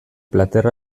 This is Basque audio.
plater